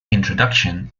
introduction